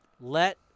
Let